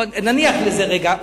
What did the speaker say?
נניח לזה רגע.